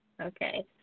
Okay